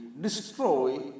destroy